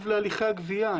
להליכי הגבייה.